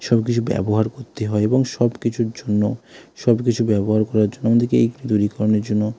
সব কিছু ব্যবহার করতে হয় এবং সব কিছুর জন্য সব কিছু ব্যবহার করার জন্য আমাদেরকে এই দূরীকরণের জন্য